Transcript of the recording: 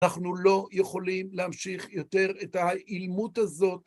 אנחנו לא יכולים להמשיך יותר את האילמות הזאת.